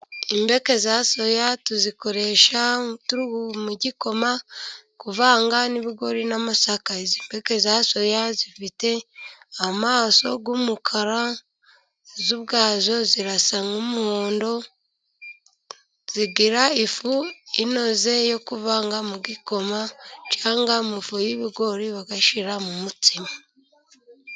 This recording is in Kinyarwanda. Impeke za soya tuzikoresha mu gikoma, kuvanga n'ibigori n'amasaka, izi mpeke za soya zifite amaso y'umukara, zo ubwazo zirasa nk'umuhondo, zigira ifu inoze yo kuvanga mu gikoma, cyangwa mu ifu y'ibigori, bagashyira mu mutsima.